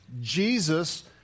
Jesus